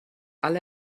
alle